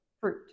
fruit